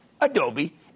Adobe